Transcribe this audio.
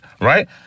right